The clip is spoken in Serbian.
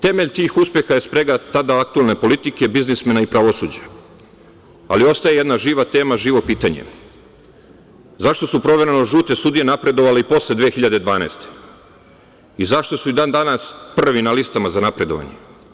Temelj tih uspeha je sprega tada aktuelne politike, biznismena iz pravosuđa, ali ostaje jedna živa tema, živo pitanje - zašto su provereno žute sudije napredovale i posle 2012. godine i zašto su i dan danas prvi na listama za napredovanje?